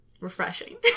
refreshing